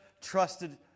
trusted